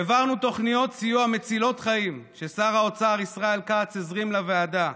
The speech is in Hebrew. העברנו תוכניות סיוע מצילות חיים ששר האוצר ישראל כץ הזרים לוועדה: